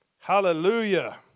Hallelujah